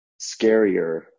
scarier